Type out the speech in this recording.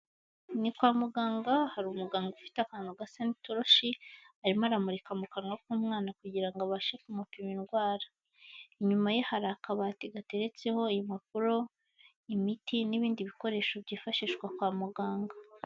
Ni kwa muganga, hari umuganga ufite akantu gasa n'itoroshi, arimo aramurika mu kanwa k'umwana kugira abashe kumupima indwara, inyuma ye hari akabati gateretseho impapuro, imiti n'ibindi bikoresho byifashishwa kwa muganga.